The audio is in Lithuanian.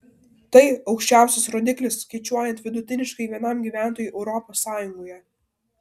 tai aukščiausias rodiklis skaičiuojant vidutiniškai vienam gyventojui europos sąjungoje